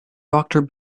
doctor